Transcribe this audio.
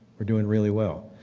we're doing really well.